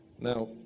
Now